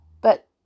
But